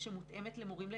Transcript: שמותאמת למורים לאזרחות,